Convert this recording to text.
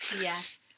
Yes